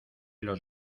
los